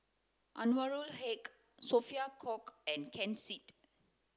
Anwarul Haque Sophia Cooke and Ken Seet